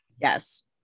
yes